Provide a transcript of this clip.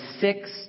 six